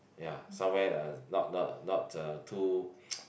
ya somewhere uh not not not uh too